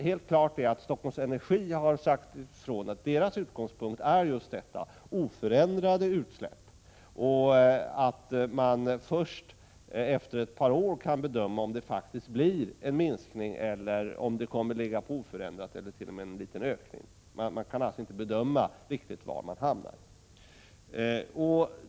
Helt klart är dock att Stockholm Energi har sagt att deras utgångspunkt är just oförändrade utsläpp och att det först efter ett par år är möjligt att bedöma om det blir en minskning av utsläppen, om de kommer att vara oförändrade eller om de t.o.m. ökar litet.